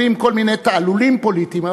יכולים להיות כל מיני תעלולים פוליטיים,